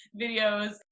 videos